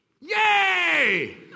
Yay